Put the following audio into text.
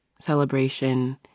celebration